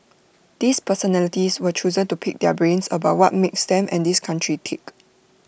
these personalities were chosen to pick their brains about what makes them and this country tick